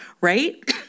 right